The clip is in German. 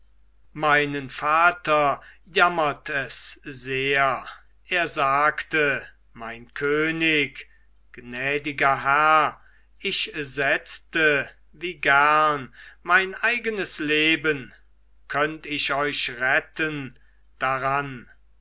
meinen vater jammert es sehr er sagte mein könig gnädiger herr ich setzte wie gern mein eigenes leben könnt ich euch retten daran